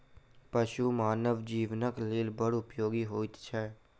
पशु मानव जीवनक लेल बड़ उपयोगी होइत छै